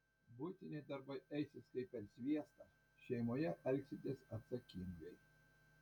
buitiniai darbai eisis kaip per sviestą šeimoje elgsitės atsakingai